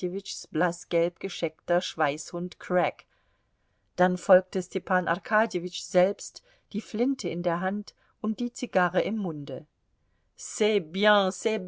arkadjewitschs blaßgelb gescheckter schweißhund crack dann folgte stepan arkadjewitsch selbst die flinte in der hand und die zigarre im munde